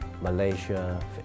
Malaysia